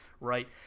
Right